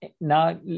now